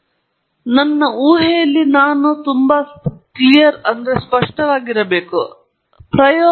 ಎಲ್ಲವನ್ನೂ ನಾವು ಚಿಂತಿಸಬೇಕಾದ ನಿಯಮಿತ ವರ್ಗೀಕರಣಗಳಿಂದ ಹೊರತುಪಡಿಸಿ ಅಕ್ಷಾಂಶ ಸ್ಥಿರವಾದ ಸ್ಥಿತಿ ಅಥವಾ ಕ್ರಿಯಾತ್ಮಕ ಪ್ರಕ್ರಿಯೆಯಿಂದ ಹೊರಬರುತ್ತದೆಯೆ ಎಂಬುದು ರೇಖೀಯ ಅಥವಾ ರೇಖಾತ್ಮಕವಲ್ಲದ